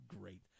great